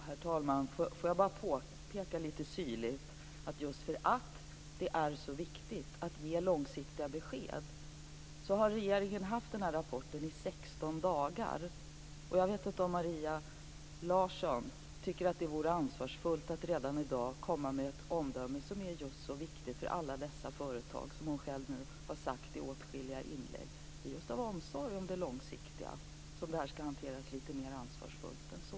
Herr talman! Får jag peka lite syrligt på att just därför att det är så viktigt att ge långsiktiga besked har regeringen haft den här rapporten i 16 dagar. Jag vet inte om Maria Larsson tycker att det vore ansvarsfullt att redan i dag komma med ett omdöme som är så viktigt för alla dessa företag, som hon själv nu har sagt i åtskilliga inlägg. Det är just av omsorg om det långsiktiga som det här skall hanteras lite mera ansvarsfullt.